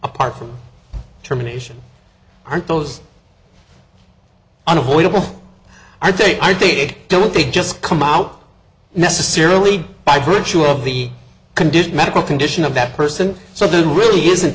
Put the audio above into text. apart from terminations aren't those unavoidable and they are dated don't they just come out necessarily by virtue of the condition medical condition of that person so the really isn't